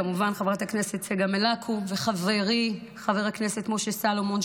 כמובן חברת הכנסת צגה מלקו וחברי חבר הכנסת משה סולומון,